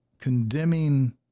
condemning